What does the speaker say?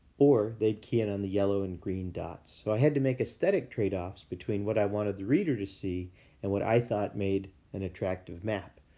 or they'd key in on the yellow and green dots. so, i had to make aesthetic trade-offs between what i wanted the reader to see and what i thought made an attractive map.